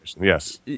Yes